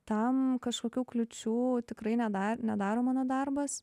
tam kažkokių kliūčių tikrai nedar nedaro mano darbas